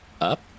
up